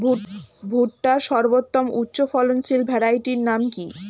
ভুট্টার সর্বোত্তম উচ্চফলনশীল ভ্যারাইটির নাম কি?